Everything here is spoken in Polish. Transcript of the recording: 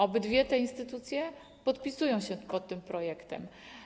Obydwie te instytucje podpisują się pod tym projektem.